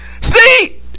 See